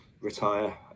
retire